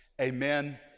amen